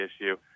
issue